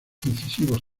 incisivos